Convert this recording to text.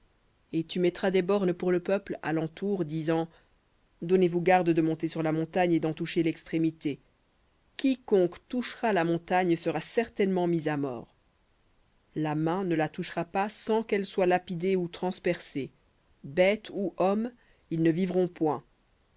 et tu mettras des bornes pour le peuple à l'entour disant donnez-vous garde de monter sur la montagne et d'en toucher l'extrémité quiconque touchera la montagne sera certainement mis à mort la main ne la touchera pas sans qu'elle soit lapidée ou transpercée bête ou homme ils ne vivront point